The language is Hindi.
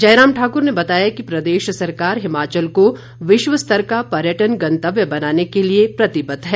जयराम ठाकुर ने बताया कि प्रदेश सरकार हिमाचल को विश्व स्तर का पर्यटन गंतव्य बनाने के लिए प्रतिबद्ध है